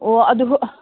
ꯑꯣ ꯑꯗꯨꯕꯨ